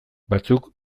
batzuk